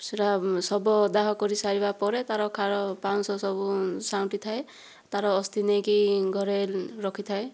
ସେରା ଶବ ଦାହ କରିସାରିବା ପରେ ତା'ର ଖାର ପାଉଁଶ ସବୁ ସାଉଁଟି ଥାଏ ତା'ର ଅସ୍ଥି ନେଇକି ଘରେ ରଖିଥାଏ